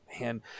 man